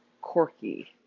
Corky